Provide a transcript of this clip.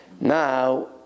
Now